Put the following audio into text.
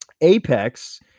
apex